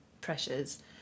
pressures